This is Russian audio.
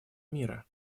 мира